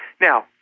Now